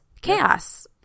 Chaos